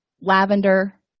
lavender